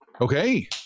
Okay